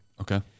Okay